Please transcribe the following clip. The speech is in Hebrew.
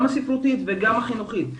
גם הספרותית וגם החינוכית.